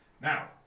Now